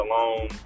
alone